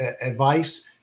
advice